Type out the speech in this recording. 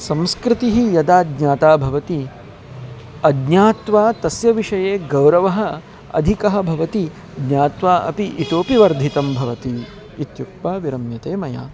संस्कृतिः यदा ज्ञाता भवति अज्ञात्वा तस्य विषये गौरवः अधिकः भवति ज्ञात्वा अपि इतोपि वर्धितं भवति इत्युक्त्वा विरम्यते मया